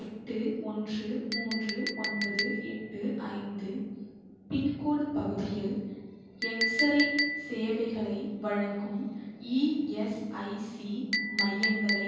எட்டு ஒன்று மூன்று ஒன்பது எட்டு ஐந்து பின்கோடு பகுதியில் எக்ஸ்ரே சேவைகளை வழங்கும் இஎஸ்ஐசி மையங்களை